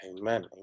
Amen